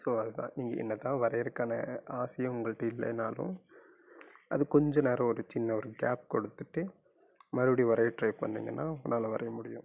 so அது தான் நீங்கள் என்ன தான் வரைகிறக்கான ஆசையும் உங்கள்கிட்ட இல்லைனாலும் அது கொஞ்சம் நேரம் ஒரு சின்ன ஒரு கேப் கொடுத்துட்டு மறுபடி வரைய ட்ரை பண்ணீங்கன்னால் உங்களால் வரைய முடியும்